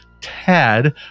tad